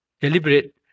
deliberate